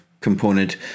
component